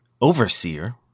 overseer